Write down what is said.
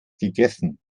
gegessen